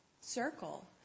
circle